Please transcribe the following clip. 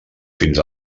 fins